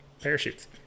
parachutes